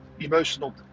emotional